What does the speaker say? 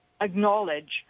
acknowledge